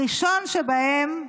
הראשון שבהם,